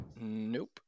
Nope